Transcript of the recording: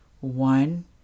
One